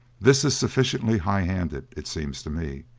this is sufficiently high-handed, it seems to me.